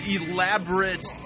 elaborate